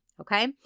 Okay